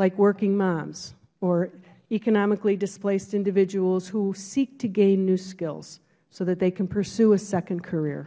like working moms or economically displaced individuals who seek to gain new skills so that they can pursue a second career